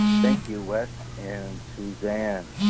thank you wes and suzanne.